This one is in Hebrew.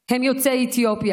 הם יוצאי אתיופיה.